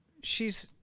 she's